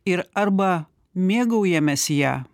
ir arba mėgaujamės ją